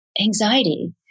anxiety